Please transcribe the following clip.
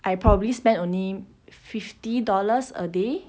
I probably spend only fifty dollars a day